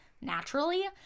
naturally